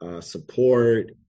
support